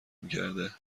میکرده